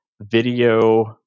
video